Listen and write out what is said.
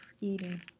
eating